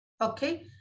okay